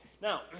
now